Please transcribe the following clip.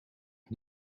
het